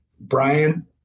Brian